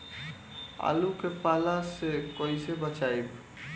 आलु के पाला से कईसे बचाईब?